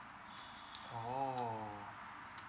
orh